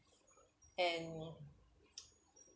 and